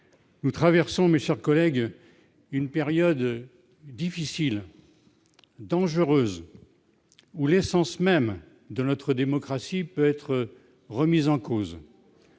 même niveau ! Mes chers collègues, nous vivons une période difficile, dangereuse, où l'essence même de notre démocratie peut être remise en cause.